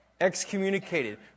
Excommunicated